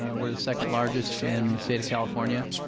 we're the second largest in the state of california.